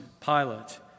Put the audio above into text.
Pilate